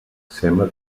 sembla